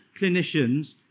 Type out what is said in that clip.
clinicians